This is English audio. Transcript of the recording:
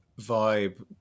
vibe